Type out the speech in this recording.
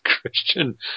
Christian